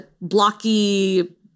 blocky